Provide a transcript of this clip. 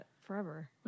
forever